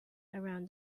around